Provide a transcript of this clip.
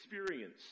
experience